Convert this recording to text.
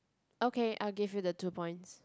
okay I'll give you the two points